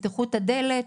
תפתחו את הדלת,